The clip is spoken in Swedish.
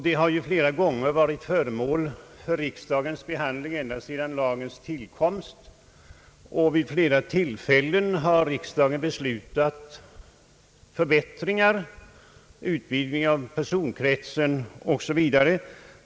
Det har ju flera gånger varit föremål för riksdagens behandling ända sedan lagen tillkom, och vid flera tillfällen har riksdagen beslutat förbättringar, utvidgning av personkretsen osv.